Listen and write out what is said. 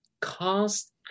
Cast